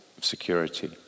security